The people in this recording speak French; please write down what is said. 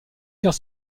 faire